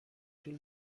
طول